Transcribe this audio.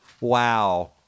wow